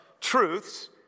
truths